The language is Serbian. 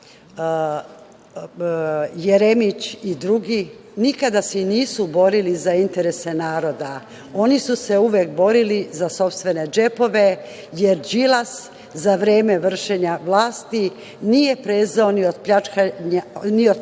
Jeremić i drugi, nikada se i nisu borili za interese naroda. Oni su se uvek borili za sopstvene džepove, jer Đilas za vreme vršenja vlasti nije prezao ni od pljačkanja